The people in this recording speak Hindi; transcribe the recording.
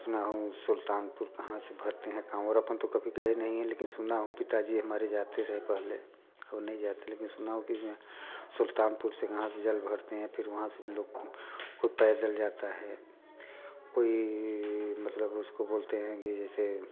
सुना हूँ सुल्तानपुर कहाँ से भरते हैं काँवड़ अपन तो कभी गए नही हैं लेकिन सुना हूँ पिता जी हमारे जाते रहे पहले अब नहीं जाते लेकिन सुना हूँ कि सुल्तानपुर से कहाँ से जल भरते हैं फिर वहाँ से उन लोग कोई पैदल जाता है कोई मतलब उसको बोलते हैं कि जैसे